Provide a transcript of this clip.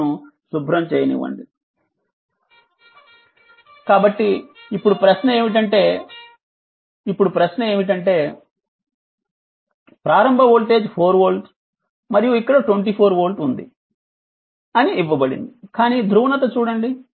నన్ను శుభ్రం చేయనివ్వండి కాబట్టి ఇప్పుడు ప్రశ్న ఏమిటంటే ప్రారంభ వోల్టేజ్ 4 వోల్ట్ మరియు ఇక్కడ 24 వోల్ట్ ఉంది అని ఇవ్వబడింది కానీ ధ్రువణత చూడండి